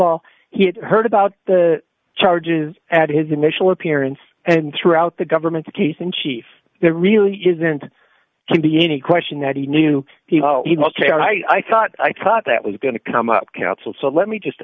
all he had heard about the charges at his initial appearance and throughout the government's case in chief there really isn't can be any question that he knew he was ok i thought i thought that was going to come up council so let me just